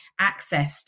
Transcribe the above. accessed